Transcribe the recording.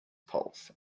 pulse